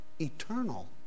eternal